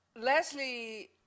Leslie